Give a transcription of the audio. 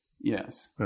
Yes